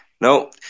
No